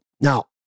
Now